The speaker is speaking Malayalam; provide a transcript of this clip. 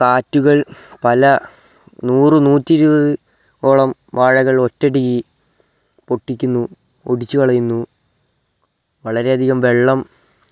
കാറ്റുകൾ പല നൂറ് നൂറ്റി ഇരുപത് ഓളം വാഴകൾ ഒറ്റയടിക്ക് പൊട്ടിക്കുന്നു ഒടിച്ചുകളയുന്നു വളരെയധികം വെള്ളം